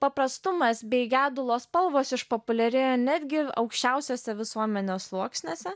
paprastumas bei gedulo spalvos išpopuliarėjo netgi aukščiausiuose visuomenės sluoksniuose